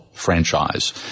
franchise